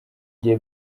gihe